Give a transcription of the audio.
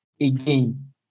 again